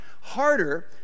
harder